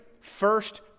first